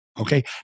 okay